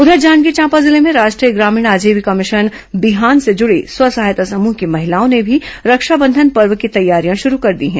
उधर जांजगीर चांपा जिले में राष्ट्रीय ग्रामीण आजीविका मिशन बिहान से जुड़ी स्व सहायता समूह की महिलाओं ने भी रक्षाबंधन पर्व की तैयारियां शुरू कर दी हैं